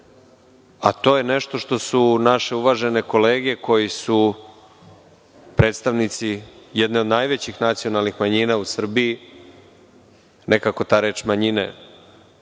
a to je nešto što su naše uvažene kolege koji su predstavnici jedne od najvećih nacionalnih manjina u Srbiji… Nekako ta reč manjine